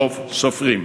רוב סופרים.